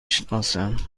شناسم